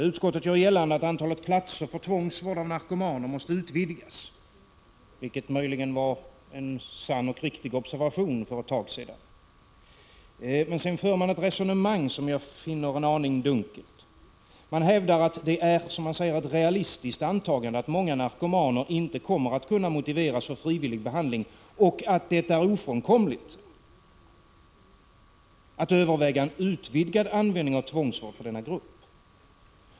Utskottet gör gällande att antalet platser för tvångsvård av narkomaner måste utvidgas, vilket möjligen var en sann och riktig observation för ett tag sedan. Men sedan för man ett resonemang som jag finner en aning dunkelt. Man hävdar att det, som man säger, är ett realistiskt antagande att många narkomaner inte kommer att kunna motiveras för frivillig behandling och att det är ofrånkomligt att överväga en utvidgad användning av tvångsvård för denna grupp.